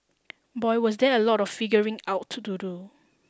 boy was there a lot of figuring out to do